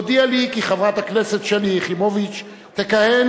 הודיעה לי כי חברת הכנסת שלי יחימוביץ תכהן